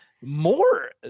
more